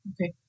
Okay